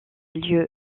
lieu